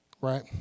Right